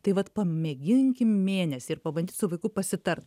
tai vat pamėginkim mėnesį ir pabandyt su vaiku pasitart